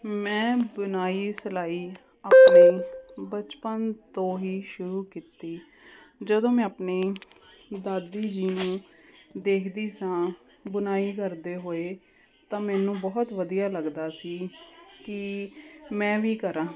ਮੈਂ ਬੁਣਾਈ ਸਿਲਾਈ ਆਪਣੀ ਬਚਪਨ ਤੋਂ ਹੀ ਸ਼ੁਰੂ ਕੀਤੀ ਜਦੋਂ ਮੈਂ ਆਪਣੀ ਦਾਦੀ ਜੀ ਨੂੰ ਦੇਖਦੀ ਸਾਂ ਬੁਣਾਈ ਕਰਦੇ ਹੋਏ ਤਾਂ ਮੈਨੂੰ ਬਹੁਤ ਵਧੀਆ ਲੱਗਦਾ ਸੀ ਕਿ ਮੈਂ ਵੀ ਕਰਾਂ